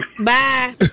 Bye